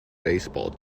baseball